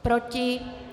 Proti?